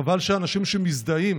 חבל שאנשים שמזדהים